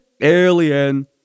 alien